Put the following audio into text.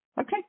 Okay